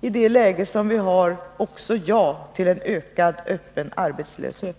i det läge som vi har också ja till en ökad öppen arbetslöshet.